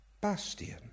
Bastian